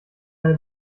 eine